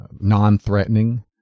non-threatening